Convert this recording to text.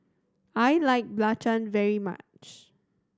I like belacan very much